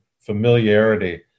familiarity